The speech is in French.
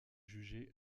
jugé